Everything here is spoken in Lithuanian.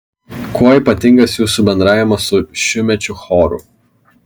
kuo ypatingas jūsų bendravimas su šiųmečiu choru